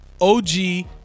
o-g